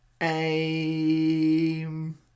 aim